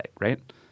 right